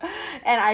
and I